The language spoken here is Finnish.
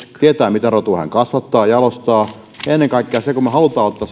tietää mitä rotua hän kasvattaa ja jalostaa ja ennen kaikkea kun me haluamme ottaa